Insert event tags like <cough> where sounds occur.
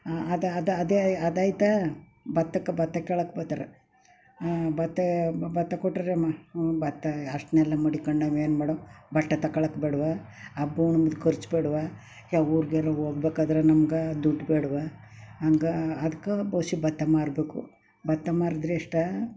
ಆ ಅದು ಅದು ಅದೇ ಅಯ್ ಅದಾಯ್ತಾ ಭತ್ತಕ್ಕೆ ಭತ್ತ ಕೀಳೋಕೆ ಬರ್ತಾರೆ ಭತ್ತ ಭತ್ತ ಕೊಟ್ಟರೆ ಮಾ ಹ್ಞೂ ಭತ್ತ ಅಷ್ಟನ್ನೆಲ್ಲ ಮಡಿಕ್ಕೊಂಡು ನಾವೇನು ಮಾಡೊ ಬಟ್ಟೆ ತಗೊಳ್ಳೋಕ್ಕೆ ಬೇಡವಾ <unintelligible> ಖರ್ಚು ಬೇಡ್ವಾ ಯಾವ ಊರಿಗೇನೋ ಹೋಗಬೇಕಾದ್ರೆ ನಮ್ಗೆ ದುಡ್ಡು ಬೇಡ್ವ ಹಂಗೆ ಅದ್ಕೆ ಒಸಿ ಭತ್ತ ಮಾರಬೇಕು ಭತ್ತ ಮಾರಿದರೆ ಎಷ್ಟು